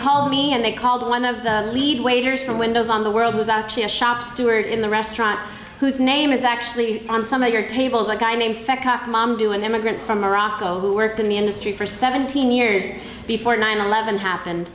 called me and they called one of the lead waiters for windows on the world was actually a shop steward in the restaurant whose name is actually on some of your tables a guy named feck octomom do an immigrant from morocco who worked in the industry for seventeen years before nine eleven happened